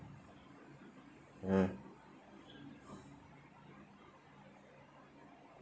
ya